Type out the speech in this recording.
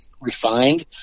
refined